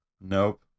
Nope